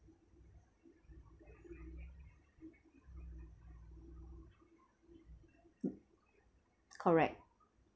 correct